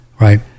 right